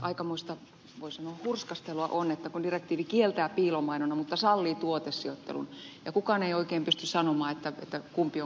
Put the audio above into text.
aikamoista voi sanoa hurskastelua on että kun direktiivi kieltää piilomainonnan mutta sallii tuotesijoittelun kukaan ei oikein pysty sanomaan kumpi on kumpaa ja mikä on mitä